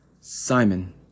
Simon